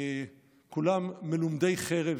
כולם מלומדי חרב,